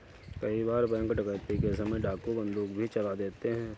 कई बार बैंक डकैती के समय डाकू बंदूक भी चला देते हैं